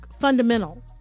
fundamental